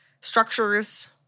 structures